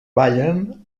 ballen